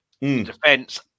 defense